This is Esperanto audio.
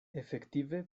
efektive